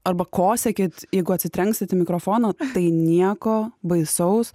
arba kosėkit jeigu atsitrenksit į mikrofoną tai nieko baisaus